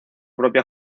propia